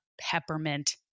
peppermint